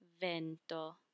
vento